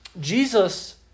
Jesus